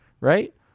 right